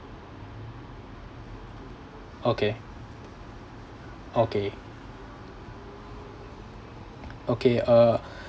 okay okay okay uh